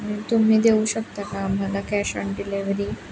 तुम्ही देऊ शकता का आम्हाला कॅश ऑन डिलिवरी